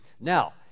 Now